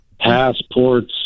passports